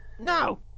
No